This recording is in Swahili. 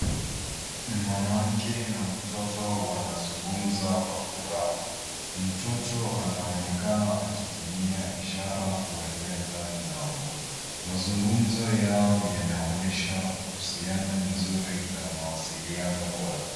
Mwanamke na mtoto wanazungumza kwa furaha. Mtoto anaonekana akitumia ishara kueleza jambo. Mazungumzo yao yanaonyesha uhusiano mzuri na mawasiliano bora.